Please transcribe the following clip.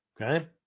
okay